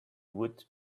would